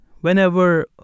whenever